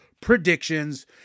predictions